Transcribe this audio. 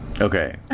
Okay